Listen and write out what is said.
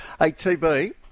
ATB